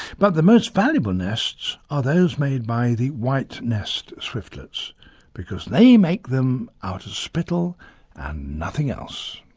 but the most valuable nests are those made by the white-nest swiftlets because they make them out of spittle and nothing else.